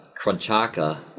Crunchaka